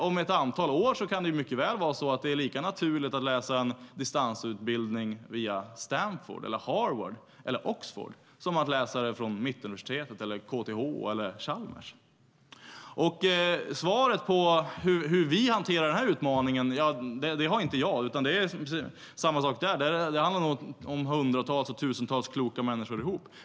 Om ett antal år kan det mycket väl vara så att det är lika naturligt att läsa en distansutbildning vid Stanford, Harvard eller Oxford som att läsa vid Mittuniversitet, KTH eller Chalmers. Svaret på hur vi hanterar den här utmaningen har inte jag, utan det är samma sak där. Det handlar om hundratals och tusentals kloka människor ihop.